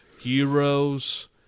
heroes